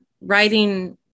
writing